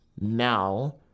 now